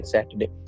Saturday